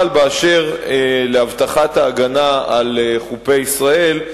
אבל, באשר להבטחת ההגנה על חופי ישראל,